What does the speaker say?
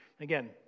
Again